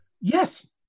yes